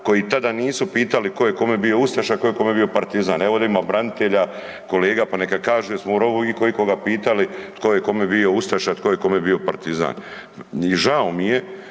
koji tada nisu pitali tko je kome bio ustaša, tko je kome bio partizan. Evo ovde ima branitelja, kolega pa neka kažu jesmo u rovu iko ikoga pitali tko je kome bio ustaša, tko je kome bio partizan. I žao mi je